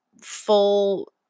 full